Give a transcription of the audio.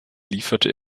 lieferte